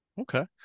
Okay